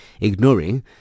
ignoring